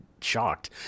shocked